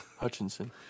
Hutchinson